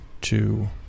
two